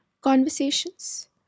Conversations